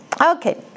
Okay